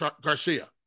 Garcia